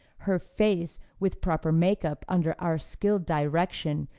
her face, with proper makeup under our skilled direction,